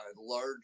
large